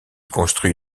construit